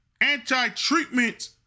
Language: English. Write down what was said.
anti-treatment